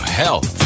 health